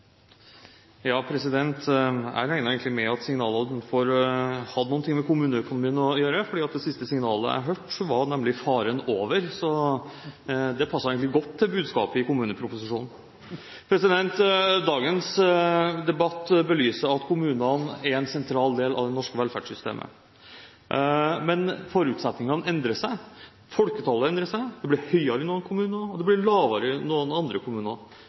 Jeg regnet egentlig med at signalet utenfor hadde noe med kommuneøkonomien å gjøre, for det siste signalet jeg hørte, var nemlig «faren over». Så det passet egentlig godt til budskapet i kommuneproposisjonen. Dagens debatt belyser at kommunene er en sentral del av det norske velferdssystemet. Men forutsetningene endrer seg. Folketallet endrer seg – det blir høyere i noen kommuner, og det blir lavere i andre kommuner.